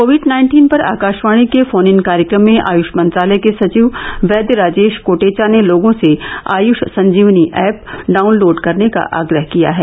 Covid nineteen पर आकाशवाणी के phone in कार्यक्रम में आयुष मंत्रालय के सचिव वैद्य राजेश कोटेचा ने लोगों से आयुष संजीवनी ऐप डाउनलोड करने का आग्रह किया है